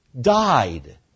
died